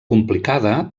complicada